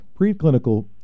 preclinical